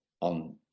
on